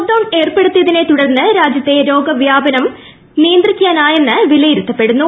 lockdown ഏർപ്പെടുത്തിയതിനെ തുടർന്ന് രാജ്യ ത്തെ രോഗവ്യാപനം നിയന്ത്രിക്കാനായെന്ന് വിലയിരുപ്പെടുന്നു